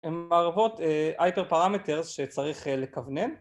הן מערבות היפר פרמטר שצריך לכוונן